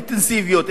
עם אינטנסיביות,